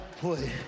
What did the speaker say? play